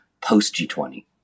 post-G20